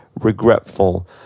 regretful